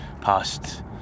past